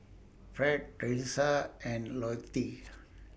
Ferd Teresa and Lottie